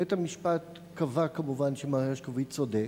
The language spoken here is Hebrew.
בית-המשפט קבע, כמובן, שמר הרשקוביץ צודק,